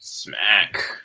Smack